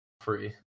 free